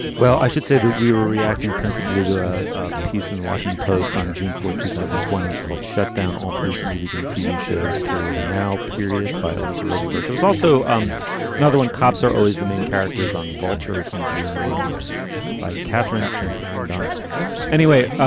well, i should say that we were reacting principally to a piece in the washington post on june fourth, two thousand and twenty. it's called shut down all police movies and tv shows, period now period by alyssa rosenberg. there's also um another one. cops are always the main characters on volter from june one by catherine van aaron donc anyway.